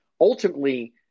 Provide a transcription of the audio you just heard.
ultimately